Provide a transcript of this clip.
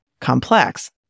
complex